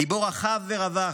ליבו רחב ורווח.